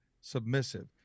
submissive